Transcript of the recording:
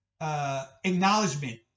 acknowledgement